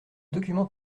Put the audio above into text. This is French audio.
document